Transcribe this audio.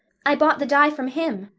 i bought the dye from him.